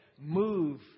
Move